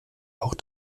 auch